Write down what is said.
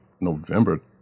November